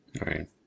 Right